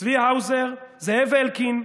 צבי האוזר, זאב אלקין,